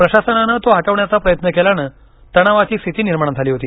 प्रशासनान तो हटवण्याचा प्रयत्न केल्यानं तणावाची स्थिती निर्माण झाली होती